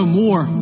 more